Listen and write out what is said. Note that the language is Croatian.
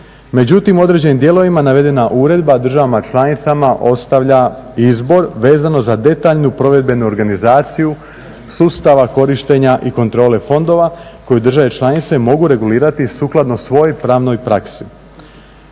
Međutim, u određenim dijelovima navedena uredba državama članicama ostavlja izbor vezano za detaljnu provedbenu organizaciju sustava korištenja i kontrole fondova koje države članice mogu regulirati sukladno svojoj pravnoj praksi.